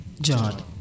John